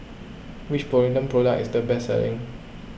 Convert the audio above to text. which Polident Product is the best selling